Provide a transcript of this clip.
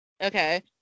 Okay